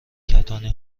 کتانی